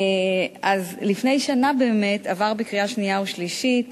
אז לפני שנה באמת עבר בקריאה שנייה ושלישית